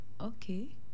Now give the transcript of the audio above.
Okay